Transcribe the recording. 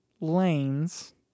Lanes